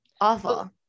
awful